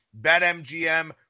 BetMGM